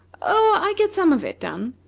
oh, i get some of it done,